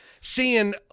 seeing